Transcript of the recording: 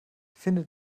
finde